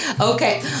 okay